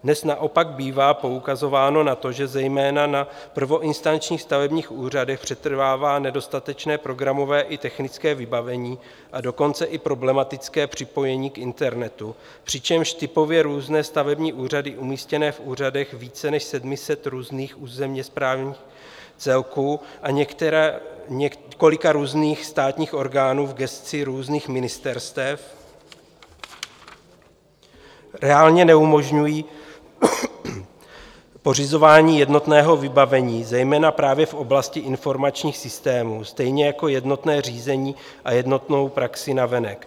Dnes naopak bývá poukazováno na to, že zejména na prvoinstančních stavebních úřadech přetrvává nedostatečné programové i technické vybavení, a dokonce i problematické připojení k internetu, přičemž typově různé stavební úřady umístěné v úřadech více než sedmi set různých územněsprávních celků a několika různých státních orgánů v gesci různých ministerstev reálně neumožňují pořizování jednotného vybavení, zejména právě v oblasti informačních systémů, stejně jako jednotné řízení a jednotnou praxi navenek.